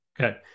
Okay